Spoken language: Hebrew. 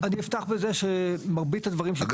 עם כל מה שתומר אמר.